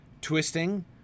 twisting